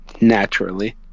Naturally